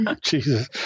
Jesus